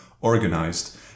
organized